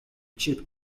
chip